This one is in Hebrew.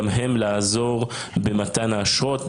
גם הם לעזור במתן האשרות,